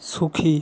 সুখী